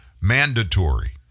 mandatory